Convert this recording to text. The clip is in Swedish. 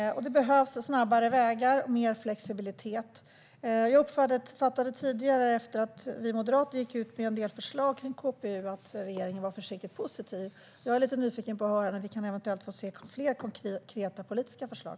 Det behövs snabbare vägar och mer flexibilitet. Jag uppfattade tidigare, efter att vi moderater gick ut med en del förslag om KPU, att regeringen var försiktigt positiv. Jag är lite nyfiken på att få höra när vi eventuellt kan få se fler konkreta politiska förslag.